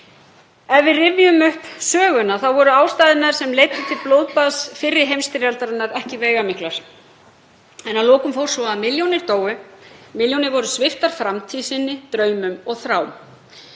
Ef við rifjum upp söguna þá voru ástæðurnar sem leiddu til blóðbaðs fyrri heimsstyrjaldarinnar ekki veigamiklar en að lokum fór svo að milljónir dóu, milljónir voru sviptar framtíð sinni, draumum og þrám.